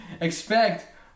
expect